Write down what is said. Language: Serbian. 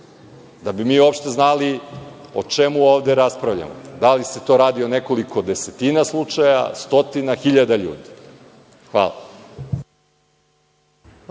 kako bismo znali o čemu ovde raspravljamo? Da li se to radi o nekoliko desetina slučaja, stotina, hiljada ljudi? Hvala.